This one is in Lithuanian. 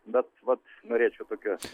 bet vat norėčiau tokios